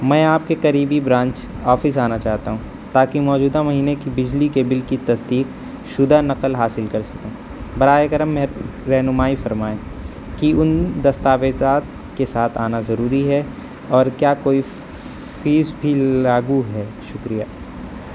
میں آپ کے قریبی برانچ آفس آنا چاہتا ہوں تاکہ موجودہ مہینے کی بجلی کے بل کی تصدیق شدہ نقل حاصل کر سکوں براہ کرم میں رہنمائی فرمائیں کہ ان دستاویزات کے ساتھ آنا ضروری ہے اور کیا کوئی فیس بھی لاگو ہے شکریہ